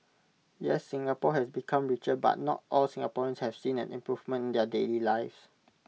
yes Singapore has become richer but not all Singaporeans have seen an improvement in their daily lives